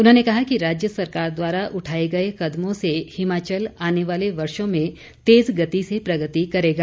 उन्होंने कहा कि राज्य सरकार द्वारा उठाए गए कदमों से हिमाचल आने वाले वर्षो में तेज़ गति से प्रगति करेगा